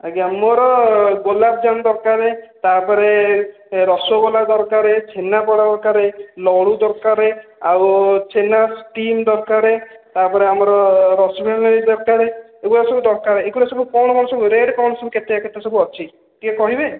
ଆଜ୍ଞା ମୋର ଗୋଲାପଜାମୁନ୍ ଦରକାର ତାପରେ ରସଗୋଲା ଦରକାର ଛେନାପୋଡ଼ ଦରକାରେ ଲଡ଼ୁ ଦରକାର ଆଉ ଛେନା ଷ୍ଟିମ ଦରକାର ତାପରେ ଆମର ରସମଲେଇ ଦରକାର ଏଗୁଡ଼ା ସବୁ ଦରକାର ଏଗୁଡ଼ା ସବୁ କଣ ନେଉଛନ୍ତି ରେଟ କେତେ କଣ ସବୁ ଅଛି ଟିକେ କହିବେ